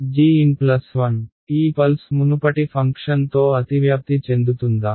gn1 ఈ pulse మునుపటి ఫంక్షన్తో అతివ్యాప్తి చెందుతుందా